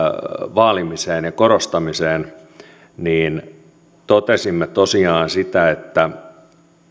vaalimiseen ja korostamiseen niin totesimme tosiaan että